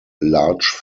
large